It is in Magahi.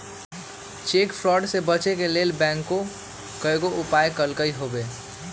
चेक फ्रॉड से बचे के लेल बैंकों कयगो उपाय कलकइ हबे